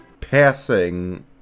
passing